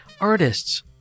artists